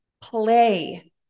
play